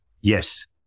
yes